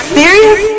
serious